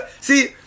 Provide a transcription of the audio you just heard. See